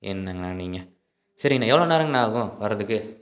என்னங்கண்ணா நீங்கள் சரிங்கண்ணா எவ்வளோ நேரங்கண்ணா ஆகும் வரதுக்கு